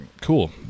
cool